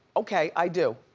okay i do.